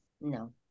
No